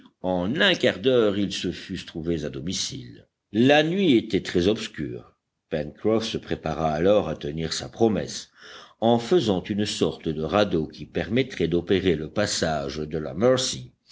en un quart d'heure ils se fussent trouvés à domicile la nuit était très obscure pencroff se prépara alors à tenir sa promesse en faisant une sorte de radeau qui permettrait d'opérer le passage de la mercy